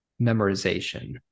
memorization